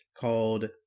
called